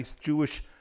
Jewish